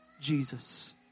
Jesus